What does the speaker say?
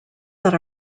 that